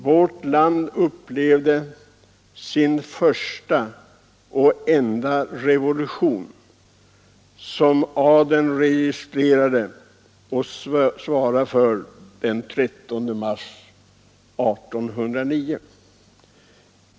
Vårt land upplevde då sin första och enda revolution, som adeln regisserade och svarade för den 13 mars 1809.